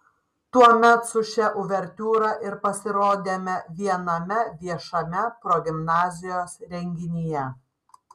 tuomet su šia uvertiūra ir pasirodėme viename viešame progimnazijos renginyje